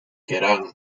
kerrang